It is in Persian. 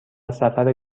سفر